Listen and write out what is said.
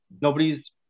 Nobody's